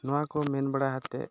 ᱱᱚᱣᱟᱠᱚ ᱢᱮᱱ ᱵᱟᱲᱟ ᱟᱛᱮ